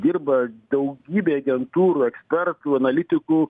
dirba daugybė agentūrų ekspertų analitikų